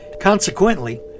Consequently